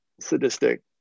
sadistic